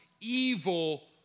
evil